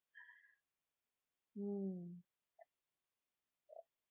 mm